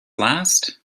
last